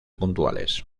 puntuales